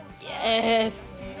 Yes